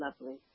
lovely